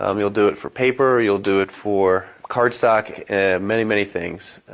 um you'll do it for paper, you'll do it for cardstock and many many things.